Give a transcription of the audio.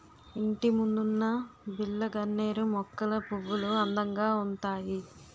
ఇంటిముందున్న బిల్లగన్నేరు మొక్కల పువ్వులు అందంగా ఉంతాయి